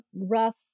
rough